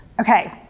Okay